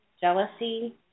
Jealousy